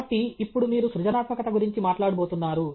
కాబట్టి ఇప్పుడు మీరు సృజనాత్మకత గురించి మాట్లాడబోతున్నారు